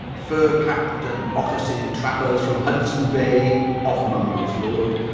fur-capped and moccasined trappers from hudson bay, off mumbles road,